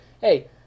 hey